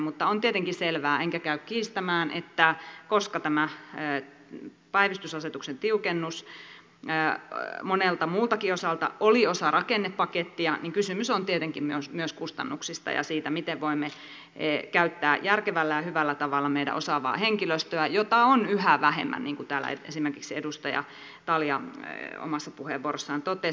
mutta on tietenkin selvää enkä käy kiistämään että koska tämä päivystysasetuksen tiukennus monelta muultakin osalta oli osa rakennepakettia niin kysymys on tietenkin myös kustannuksista ja siitä miten voimme käyttää järkevällä ja hyvällä tavalla meidän osaavaa henkilöstöä jota on yhä vähemmän niin kuin täällä esimerkiksi edustaja talja omassa puheenvuorossaan totesi